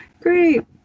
Great